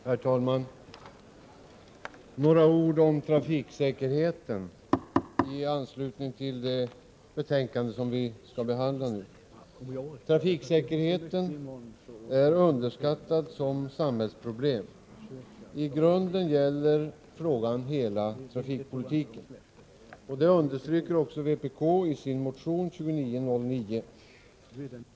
Herr talman! Jag vill säga några ord om trafiksäkerheten som behandlas i det nu föreliggande betänkandet. Trafiksäkerheten är underskattad som samhällsproblem. I grunden gäller frågan hela trafikpolitiken, vilket vpk understryker i sin motion 2909.